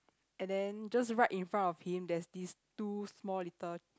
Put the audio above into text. and then just right in front of him there's this two small little